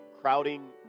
crowding